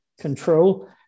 control